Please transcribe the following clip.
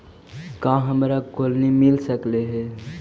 का हमरा कोलनी मिल सकले हे?